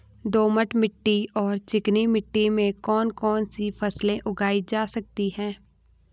दोमट मिट्टी और चिकनी मिट्टी में कौन कौन सी फसलें उगाई जा सकती हैं?